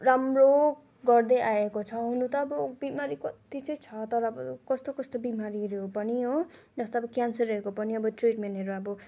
राम्रो गर्दै आएको छ हुनु त अब बिमारी कत्ति चाहिँ छ तर अब कस्तो कस्तो बिमारीहरू पनि हो जस्तो अब क्यान्सरहरूको पनि अब ट्रिटमेन्टहरू अब